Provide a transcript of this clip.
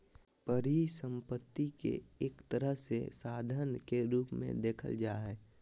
परिसम्पत्ति के एक तरह से साधन के रूप मे देखल जा हय